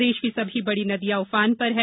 प्रदेष की सभी बड़ी नदियां उफान पर है